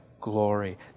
glory